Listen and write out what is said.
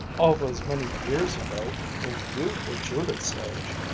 all those many years ago when you were judith's age!